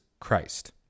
Christ